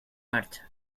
marcha